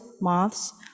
moths